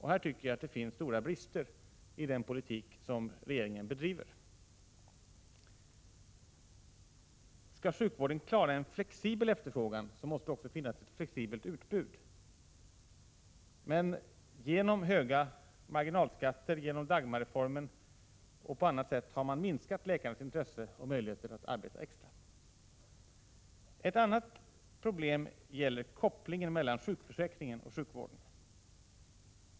Här tycker jag det finns stora brister i den politik som regeringen bedriver. Skall sjukvården klara en flexibel efterfrågan, måste det också finnas flexibelt utbud. Men genom höga marginalskatter, Dagmarreformen och på annat sätt har man minskat läkarnas intresse och möjligheter att arbeta extra. Ett annat problem är kopplingen mellan sjukförsäkringen och sjukvården.